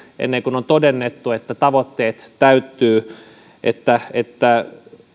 ennen kuin on todennettu että tavoitteet täyttyvät että